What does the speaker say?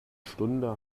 stunde